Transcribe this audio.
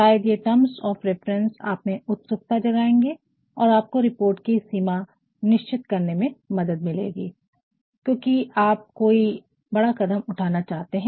शायद ये terms of reference आपमें उत्सुकता जगायेंगे और आपको रिपोर्ट की सीमा निश्चित करने में मदद मिलेगी क्योकि आप कोई बड़ा कदम उठाना चाहते है